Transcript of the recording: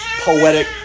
poetic